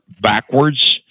backwards